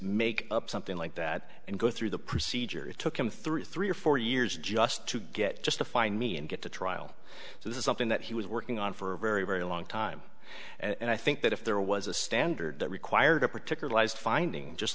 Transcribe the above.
make up something like that and go through the procedure it took him three three or four years just to get just to find me and get to trial so this is something that he was working on for a very very long time and i think that if there was a standard that required a particular life finding just